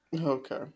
Okay